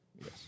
Yes